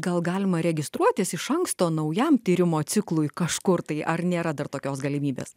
gal galima registruotis iš anksto naujam tyrimo ciklui kažkur tai ar nėra dar tokios galimybės